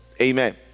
Amen